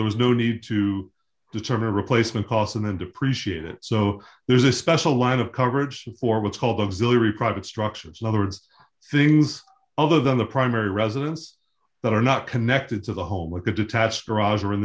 there was no need to determine a replacement cost and then depreciate it so there's a special line of coverage for what's called of silly reprivatize structures and other words things other than the primary residence that are not connected to the home like a detached garage